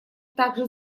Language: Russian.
также